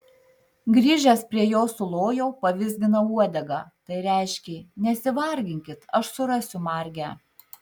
grįžęs prie jo sulojau pavizginau uodegą tai reiškė nesivarginkit aš surasiu margę